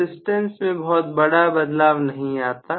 resistance में बहुत बड़ा बदलाव नहीं आता